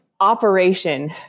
operation